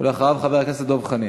ואחריו, חבר הכנסת דב חנין.